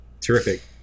terrific